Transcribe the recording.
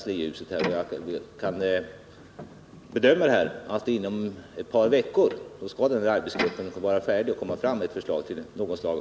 Såvitt jag kan bedöma skall arbetsgruppen inom ett par veckor vara färdig med sitt arbete och komma med ett förslag till lösning.